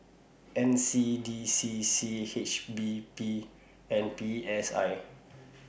N C D C C H P B and P S I